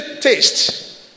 taste